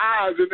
eyes